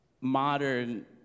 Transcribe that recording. modern